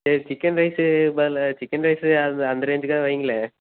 சரி chicken rice பதில் chicken rice அந்த அந்த ரேஞ்ச்சுக்காவது வைங்களேன்